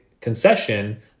concession